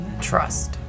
trust